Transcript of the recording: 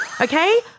okay